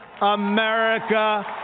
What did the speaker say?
America